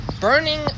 Burning